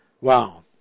Wow